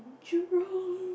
jurong